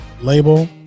label